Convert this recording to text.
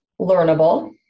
learnable